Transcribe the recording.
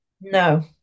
No